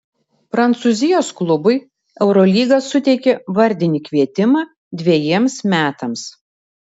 prancūzijos klubui eurolyga suteikė vardinį kvietimą dvejiems metams